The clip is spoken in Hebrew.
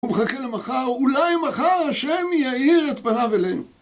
ומחכה למחר, אולי מחר השם יאיר את פניו אלינו